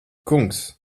kungs